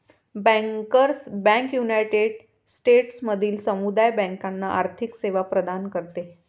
bankers bank united स्टेट्समधील समुदाय बँकांना आर्थिक सेवा प्रदान करते